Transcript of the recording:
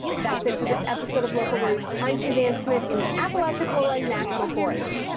that's it for this episode of local routes. i'm suzanne smith in the aplachicola national forest.